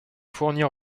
fournir